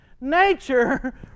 Nature